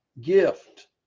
gift